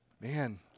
man